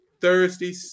Thursday